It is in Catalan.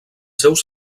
seus